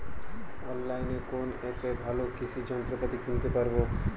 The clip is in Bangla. অনলাইনের কোন অ্যাপে ভালো কৃষির যন্ত্রপাতি কিনতে পারবো?